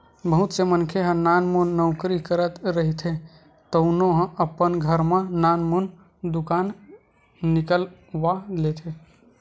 बहुत से मनखे ह नानमुन नउकरी करत रहिथे तउनो ह अपन घर म नानमुन दुकान निकलवा लेथे